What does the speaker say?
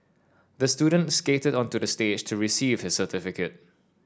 the student skated onto the stage to receive his certificate